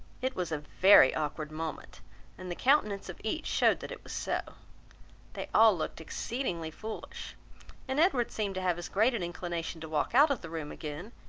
it was a very awkward moment and the countenance of each shewed that it was so they all looked exceedingly foolish and edward seemed to have as great an inclination to walk out of the room again,